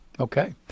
Okay